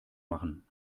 machen